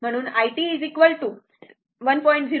म्हणून i t 1